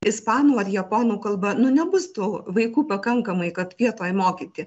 ispanų ar japonų kalba nu nebus tų vaikų pakankamai kad vietoj mokyti